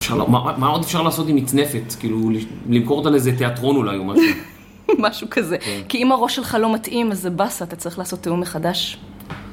מה עוד אפשר לעשות עם מצנפת? כאילו, למכור אותה לאיזה תיאטרון אולי, או משהו. משהו כזה. כי אם הראש שלך לא מתאים, אז זה באסה, אתה צריך לעשות תיאום מחדש.